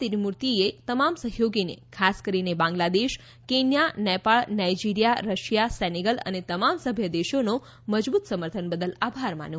તિરુમૂર્તિએ તમામ સહયોગીઓ ખાસ કરીને Bangladesh Kenya Nepal Nigeria Russia Senegal અને તમામ સભ્ય દેશોનો મજબૂત સમર્થન બદલ આભાર માન્યો હતો